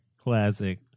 Classic